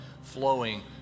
Flowing